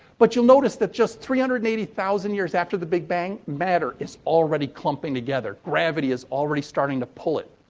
but you'll notice that just three hundred and eighty thousand year after the big bang, matter is already clumping together. gravity is already starting to pull it.